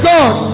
God